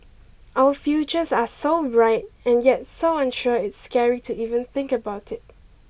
our futures are so bright and yet so unsure it's scary to even think about it